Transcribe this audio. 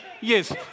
yes